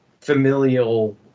familial